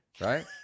right